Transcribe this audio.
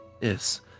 Yes